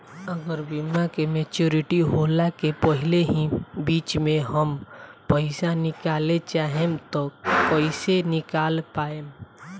अगर बीमा के मेचूरिटि होला के पहिले ही बीच मे हम पईसा निकाले चाहेम त कइसे निकाल पायेम?